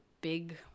big